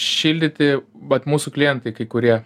šildyti vat mūsų klientai kai kurie